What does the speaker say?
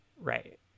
Right